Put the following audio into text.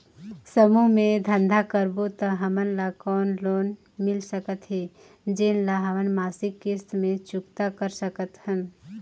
समूह मे धंधा करबो त हमन ल कौन लोन मिल सकत हे, जेन ल हमन मासिक किस्त मे चुकता कर सकथन?